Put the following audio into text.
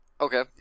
Okay